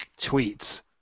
tweets